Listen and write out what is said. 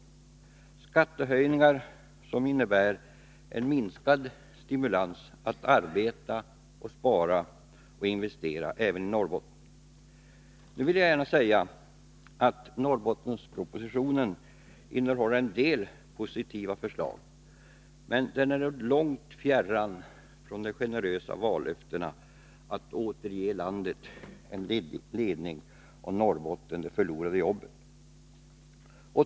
Det är skattehöjningar som även i Norrbotten innebär en minskad stimulans att arbeta, spara och investera. Nu vill jag gärna säga att Norrbottenspropositionen innehåller en del positiva förslag, men den är dock långt fjärran från de generösa vallöftena att ”återge landet en ledning och Norrbotten de förlorade jobben”.